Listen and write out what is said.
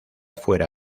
fuera